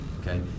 Okay